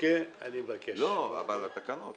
התקנות